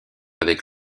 avec